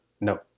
No